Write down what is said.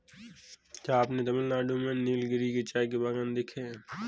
क्या आपने तमिलनाडु में नीलगिरी के चाय के बागान देखे हैं?